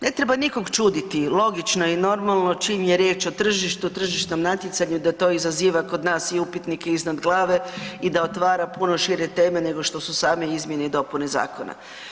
Ne treba nikoga čuditi logično je i normalno čim je riječ o tržištu, tržišnom natjecanju da to izaziva kod nas i upitnik je iznad glave i da otvara puno šire teme nego što su same izmjene i dopune zakona.